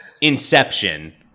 inception